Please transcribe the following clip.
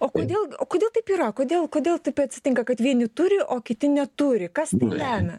o kodėl o kodėl taip yra kodėl kodėl taip atsitinka kad vieni turi o kiti neturi kas lemia